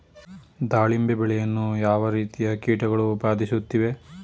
ದಾಳಿಂಬೆ ಬೆಳೆಯನ್ನು ಯಾವ ರೀತಿಯ ಕೀಟಗಳು ಬಾಧಿಸುತ್ತಿವೆ?